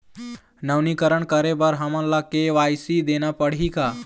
नवीनीकरण करे बर हमन ला के.वाई.सी देना पड़ही का?